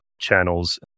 channels